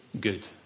good